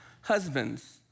Husbands